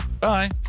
Bye